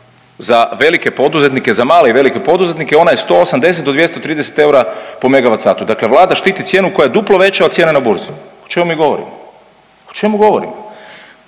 Za velike poduzetnike, za male i velike poduzetnike ona je 180 do 230 eura po megavat satu. Dakle, Vlada štiti cijenu koja je duplo veća od cijene na burzi. O čemu mi govorimo? O čemu govorimo?